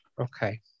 okay